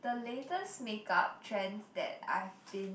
the latest make up trends that I've been